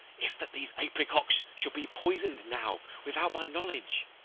if that these apricocks should be poison'd now, without my knowledge?